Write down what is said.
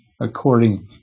according